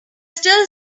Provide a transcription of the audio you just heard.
still